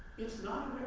it's not